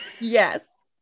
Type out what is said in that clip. yes